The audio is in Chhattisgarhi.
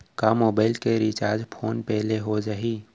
का मोबाइल के रिचार्ज फोन पे ले हो जाही?